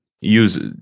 use